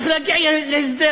צריך להגיע להסדר,